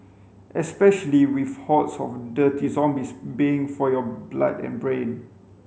especially with hordes of dirty zombies baying for your blood and brain